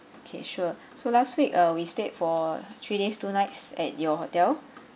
okay sure so last week uh we stayed for three days two nights at your hotel